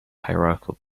hierarchical